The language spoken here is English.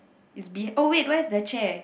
is be oh wait where's the chair